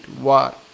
War